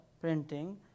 printing